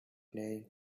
playing